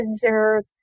deserve